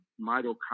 mitochondria